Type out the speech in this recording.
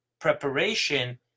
preparation